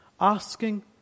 Asking